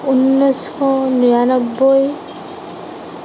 ঊনৈছশ নিৰান্নব্বৈ